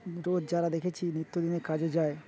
রোজ যারা দেখেছি নিত্যদিনে কাজে যায়